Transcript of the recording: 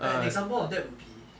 an example of that would be